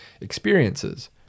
experiences